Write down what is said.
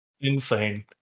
Insane